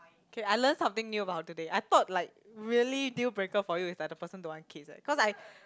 K I learn something new about today I thought like really deal breaker for you is like the person don't want kids eh cause I